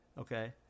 Okay